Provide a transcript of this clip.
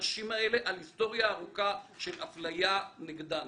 הנשים האלה על היסטוריה ארוכה של אפליה נגדן.